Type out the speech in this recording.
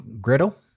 Griddle